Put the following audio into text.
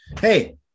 hey